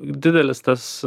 didelis tas